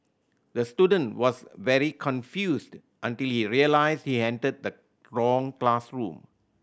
the student was very confused until he realised he entered the wrong classroom